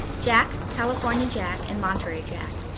jack, california jack and monterey jack